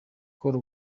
call